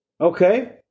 okay